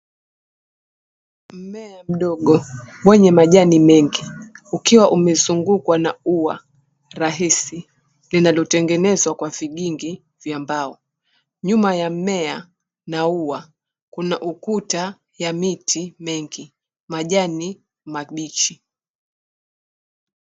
Mmea mdogo mwenye majani mengi ukiwa umezungukwa na ua rahisi linalotengenezwa kwa sigingi vya mbao nyuma ya mimea, na ua kuna ukuta ya miti mengi majani mabichi.